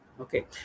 Okay